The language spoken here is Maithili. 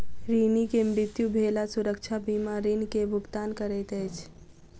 ऋणी के मृत्यु भेला सुरक्षा बीमा ऋण के भुगतान करैत अछि